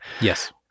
Yes